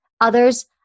Others